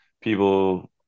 people